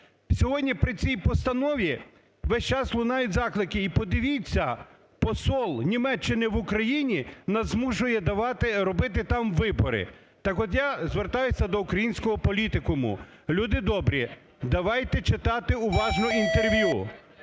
Сьогодні при цій постанові весь час лунають заклики, і, подивіться, посол Німеччини в Україні нас змушує давати, робити там вибори. Так от я звертаюсь до українського політикуму, люди добрі, давайте читати уважно інтерв'ю,